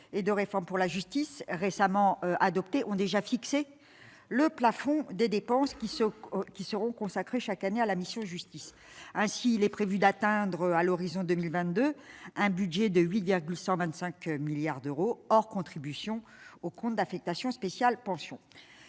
et de réforme pour la justice, récemment adopté ont déjà fixé le plafond de dépenses qui se qui seront consacrés chaque année à la mission Justice ainsi, il est prévu d'atteindre à l'horizon 2022, un budget de 8,125 milliards d'euros hors contribution au compte d'affectation spéciale Pensions,